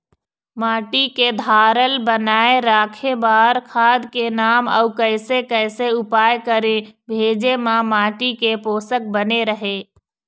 माटी के धारल बनाए रखे बार खाद के नाम अउ कैसे कैसे उपाय करें भेजे मा माटी के पोषक बने रहे?